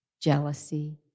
jealousy